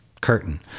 curtain